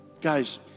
Guys